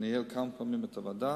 שניהל כמה פעמים את הוועדה,